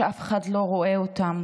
שאף אחד לא רואה אותם.